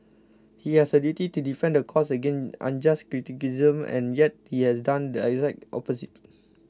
he has a duty to defend the courts against unjust criticism and yet he has done the exact opposite